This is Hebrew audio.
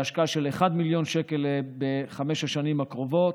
בהשקעה של מיליון שקל בחמש השנים הקרובות,